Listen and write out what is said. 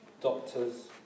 doctors